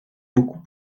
beaucoup